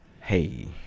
Hey